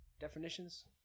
definitions